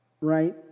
Right